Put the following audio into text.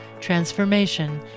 transformation